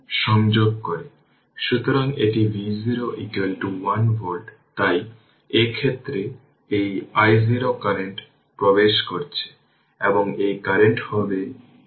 সুতরাং এটি সংক্ষিপ্ত প্রথম জিনিসটি হল এই কারেন্ট বিভাজনটি কেমন তা দেখতে হবে